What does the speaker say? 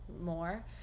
more